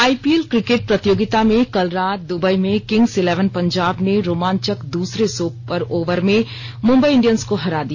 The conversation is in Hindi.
आईपीएल क्रिकेट प्रतियोगिता में कल रात दुबई में किंग्स् इलेवन पंजाब ने रोमांचक दूसरे सुपर ओवर में मुंबई इंडियंस को हरा दिया